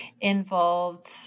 involved